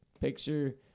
picture